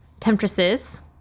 temptresses